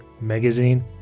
Magazine